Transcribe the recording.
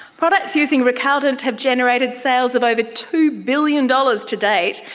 products using recaldent have generated sales of over two billion dollars to date,